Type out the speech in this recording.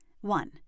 One